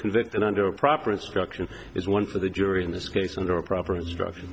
convicted under proper instruction is one for the jury in this case under a proper instruction